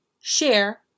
share